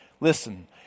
Listen